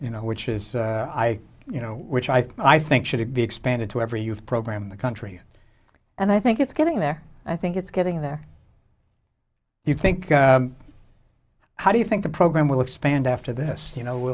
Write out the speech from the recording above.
you know which is i you know which i i think should be expanded to every youth program in the country and i think it's getting there i think it's getting there you think how do you think the program will expand after this you know